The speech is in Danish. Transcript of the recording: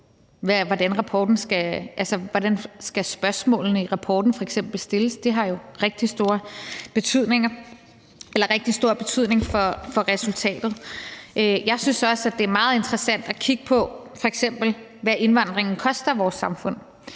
hvordan spørgsmålene i rapporten skal stilles. Det har jo rigtig stor betydning for resultatet. Jeg synes også, at det er meget interessant f.eks. at kigge på, hvad indvandringen koster vores samfund.